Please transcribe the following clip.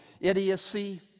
idiocy